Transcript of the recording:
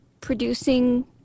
producing